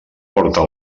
porta